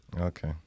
Okay